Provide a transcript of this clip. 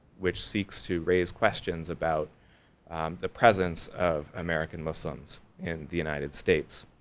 which seeks to raise questions about the presence of american muslims in the united states.